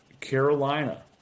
Carolina